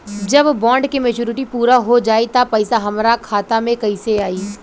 जब बॉन्ड के मेचूरिटि पूरा हो जायी त पईसा हमरा खाता मे कैसे आई?